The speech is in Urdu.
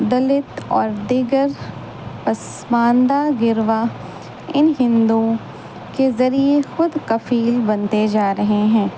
دلت اور دیگر پسماندہ گروا ان ہندوؤں کے ذریعے خود کفیل بنتے جا رہے ہیں